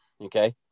Okay